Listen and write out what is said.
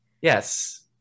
Yes